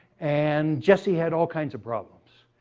and jesse had all kinds of problems.